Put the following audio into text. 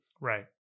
Right